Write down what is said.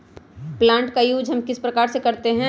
Plant का use हम किस प्रकार से करते हैं?